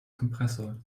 kompressor